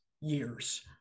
years